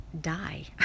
die